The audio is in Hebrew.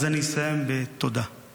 אז אני אסיים בתודה.